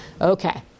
okay